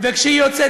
וכשהיא יוצאת,